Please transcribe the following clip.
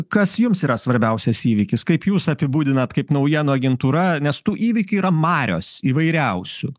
kas jums yra svarbiausias įvykis kaip jūs apibūdinat kaip naujienų agentūra nes tų įvykių yra marios įvairiausių